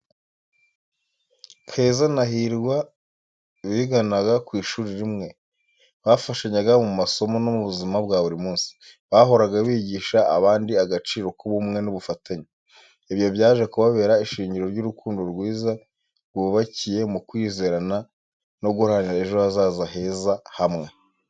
Keza na Hirwa biganaga ku ishuri rimwe, bafashanyaga mu masomo no mu buzima bwa buri munsi. Bahoraga bigisha abandi agaciro k'ubumwe n'ubufatanye. Ibyo byaje kubabera ishingiro ry’urukundo rwiza, rwubakiye ku kwizerana no guharanira ejo hazaza heza hamwe.